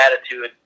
attitude